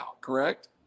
Correct